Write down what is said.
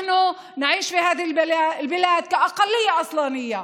אנחנו חיים בארץ הזאת כמיעוט ילידי,